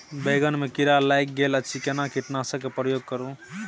बैंगन में कीरा लाईग गेल अछि केना कीटनासक के प्रयोग करू?